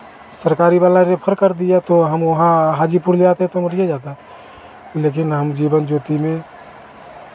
सरकारी वाला रेफर कर दिया तो हम वहाँ हाजीपुर गया तो मरिये जाता लेकिन हम जीवन ज्योति में